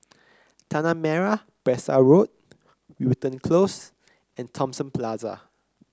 Tanah Merah Besar Road Wilton Close and Thomson Plaza